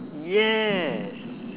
yes